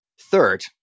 Third